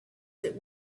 that